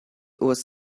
was